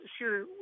sure